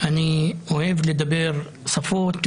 אני אוהב לדבר שפות,